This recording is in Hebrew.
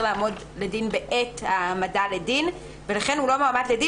לעמוד לדין בעת ההעמדה לדין ולכן הוא לא מועמד לדין.